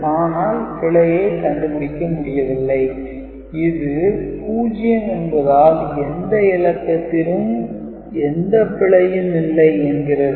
ஆனால் பிழையை கண்டுபிடிக்க முடியவில்லை இது 0 என்பதால் எந்த இலக்கத்திலும் எந்த பிழையும் இல்லை என்கிறது